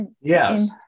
Yes